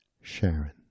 Sharon